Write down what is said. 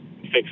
fix